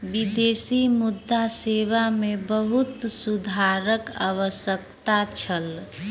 विदेशी मुद्रा सेवा मे बहुत सुधारक आवश्यकता छल